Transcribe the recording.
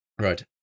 Right